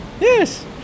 Yes